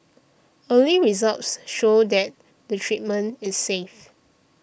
early results show that the treatment is safe